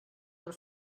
per